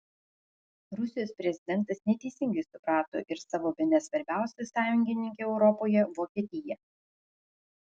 rusijos prezidentas neteisingai suprato ir savo bene svarbiausią sąjungininkę europoje vokietiją